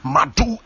Madu